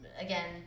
again